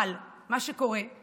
אבל מה שקורה זה